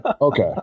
Okay